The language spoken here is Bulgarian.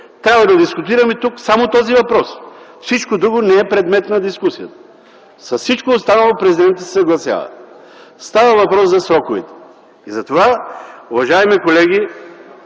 трябва да дискутираме тук само този въпрос. Всичко друго не е предмет на дискусия. С всичко останало президентът се съгласява. Става въпрос за сроковете. Затова, уважаеми колеги,